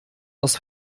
aus